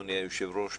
אדוני היושב-ראש,